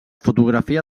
fotografia